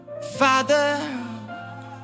Father